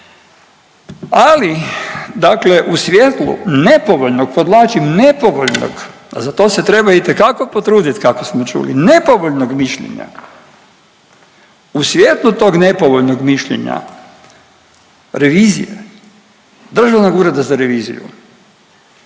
ali dakle u svjetlu nepovoljnog, podvlačim nepovoljnog, a za to se treba itekako potruditi kako smo čuli, nepovoljnog mišljenja, u svjetlu tog nepovoljnog mišljenja revizija Državnog ureda za reviziju